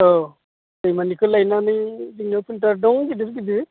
औ दैमानिखौ लायनानै जोंना फिलटार दं गिदिर गिदिर